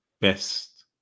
best